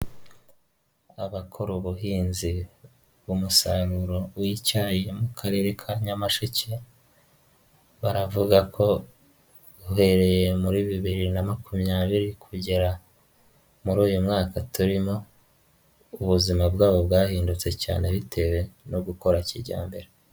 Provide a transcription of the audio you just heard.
Abakora ubuhinzi b'umusaruro w'icyayi mu karere ka Nyamasheke, baravuga ko uhereye muri bibiri na makumyabiri kugera muri uyu mwaka turimo, ubuzima bwabo bwahindutse cyane bitewe no gukora kijyambere.